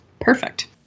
perfect